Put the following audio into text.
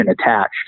attached